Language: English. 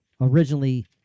originally